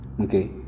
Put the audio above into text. okay